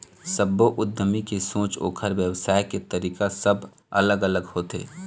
सब्बो उद्यमी के सोच, ओखर बेवसाय के तरीका सब अलग अलग होथे